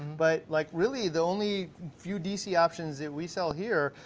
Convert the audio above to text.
but like really, the only few dc options that we sell here,